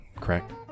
correct